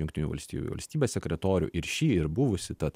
jungtinių valstijų valstybės sekretorių ir šį ir buvusį tad